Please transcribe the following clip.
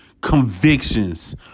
convictions